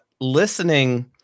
Listening